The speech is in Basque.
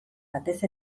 batez